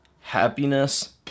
happiness